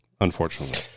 unfortunately